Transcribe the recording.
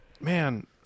man